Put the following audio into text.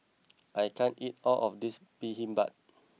I can't eat all of this Bibimbap